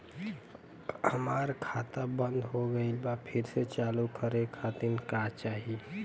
हमार खाता बंद हो गइल बा फिर से चालू करा खातिर का चाही?